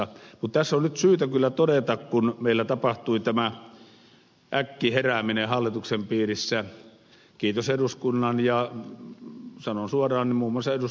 mutta tässä on nyt syytä kyllä todeta kun meillä tapahtui tämä äkkiherääminen hallituksen piirissä kiitos eduskunnan ja sanon suoraan muun muassa ed